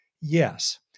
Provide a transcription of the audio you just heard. yes –